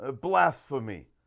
blasphemy